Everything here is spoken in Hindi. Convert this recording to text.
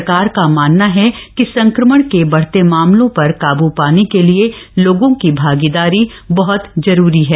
सरकार का मानना है कि संक्रमण के बढ़ते मामलों पर काबू पाने के लिए लोगों की भागीदारी बहत महत्वपूर्ण है